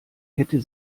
hätten